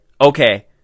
okay